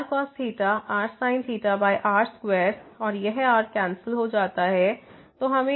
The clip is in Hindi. और rcos ϴ rsin ϴ r2 और यह r कैंसिल हो जाता है